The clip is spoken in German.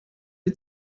sie